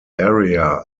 area